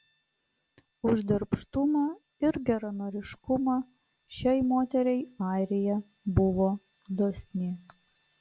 už darbštumą ir geranoriškumą šiai moteriai airija buvo dosni